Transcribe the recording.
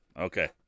Okay